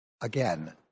Again